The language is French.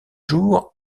jour